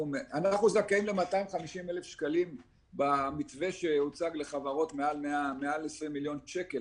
אנחנו זכאים ל-250,000 שקלים במתווה שהוצע לחברות מעל 20 מיליון שקל,